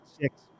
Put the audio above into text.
six